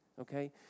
okay